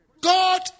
God